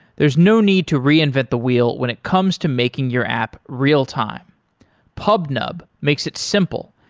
there is no need to reinvent the wheel when it comes to making your app real-time pubnub makes it simple,